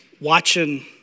watching